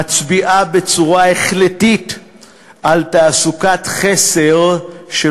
מצביעה בצורה החלטית על תעסוקת חסר של